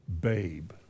babe